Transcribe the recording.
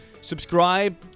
subscribe